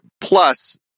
plus